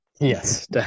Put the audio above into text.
Yes